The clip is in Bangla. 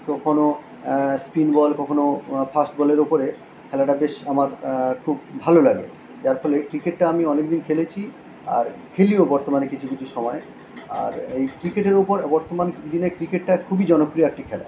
তো কোনো স্পিন বল কখনো ফাস্ট বলের ওপরে খেলাটা বেশ আমার খুব ভালো লাগে যার ফলে ক্রিকেটটা আমি অনেক দিন খেলেছি আর খেলিও বর্তমানে কিছু কিছু সমায় আর এই ক্রিকেটের ওপর বর্তমান দিনে ক্রিকেটটা খুবই জনপ্রিয় একটি খেলা